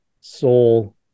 soul